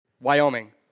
Wyoming